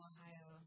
Ohio